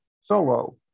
solo